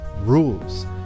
Rules